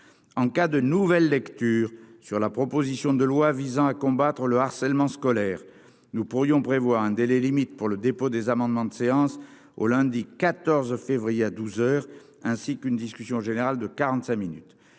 en cas de nouvelle lecture sur la proposition de loi visant à combattre le harcèlement scolaire nous pourrions prévoit un délai limite pour le dépôt des amendements séance au lundi 14 février à 12 heures ainsi qu'une discussion générale de 45 minutes